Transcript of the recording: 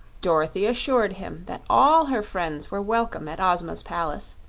dorothy assured him that all her friends were welcome at ozma's palace,